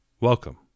Welcome